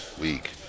week